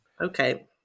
Okay